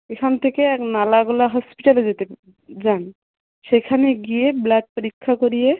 এখান থেকে নালাগোলা হসপিটালে যেতে যান সেখানে গিয়ে ব্লাড পরীক্ষা করিয়ে